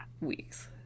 weeks